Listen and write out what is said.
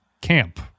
camp